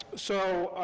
so.